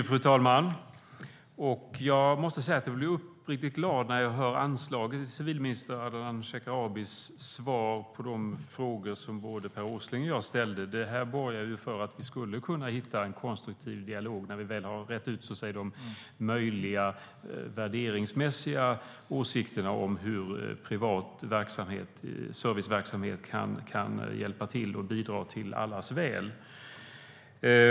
Fru talman! Jag måste säga att jag blir uppriktigt glad när jag hör anslaget i civilminister Ardalan Shekarabis svar på de frågor som både Per Åsling och jag ställde. Det borgar för att vi skulle kunna hitta en konstruktiv dialog när vi väl rett ut de möjliga värderingsmässiga åsikterna om hur privat serviceverksamhet kan bidra till allas väl.